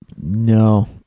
No